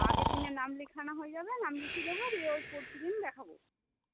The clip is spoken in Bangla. আগের দিনে নাম লেখানো হয়ে যাবে নাম লিখিয়ে দেব দিয়ে ওই পরশু দিন দেখাব